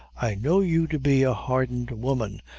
i know you to be a hardened woman,